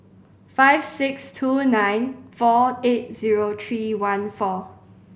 five six two nine four eight zero three one four